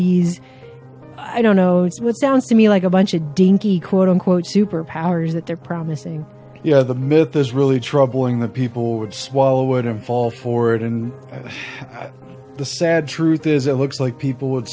these i don't know what sounds to me like a bunch of dainty quote unquote super powers that they're promising you know the myth is really troubling that people would swallow it of fall for it and the sad truth is it looks like people would